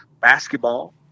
Basketball